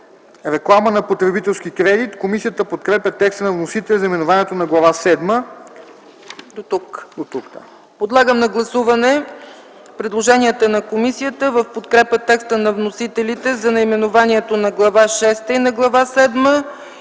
Реклама на потребителски кредит”. Комисията подкрепя текста на вносителя за наименованието на Глава